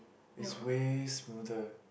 it's way smoother